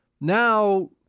now